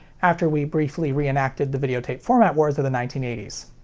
after we briefly reenacted the videotape format wars of the nineteen eighty s.